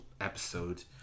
episode